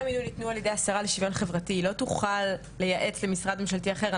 השרה חשיוויון חברתי לא תוכל לייעץ למשרד ממשלתי אחר,